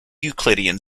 euclidean